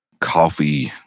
coffee